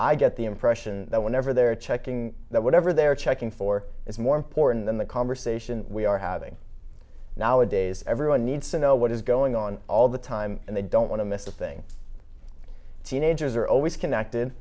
i get the impression that whenever they're checking that whatever they're checking for is more important than the conversation we are having now a days everyone needs to know what is going on all the time and they don't want to miss a thing teenagers are always connected